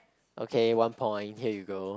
okay one point here you go